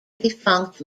defunct